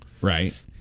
right